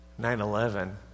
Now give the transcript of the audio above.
9-11